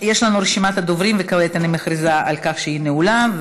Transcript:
יש לנו רשימת דוברים וכעת אני מכריזה על כך שהיא נעולה.